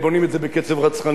ולא כמו במתקני השהייה,